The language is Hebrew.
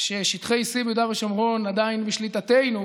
כששטחי C ביהודה ושומרון עדיין בשליטתנו,